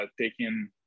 taking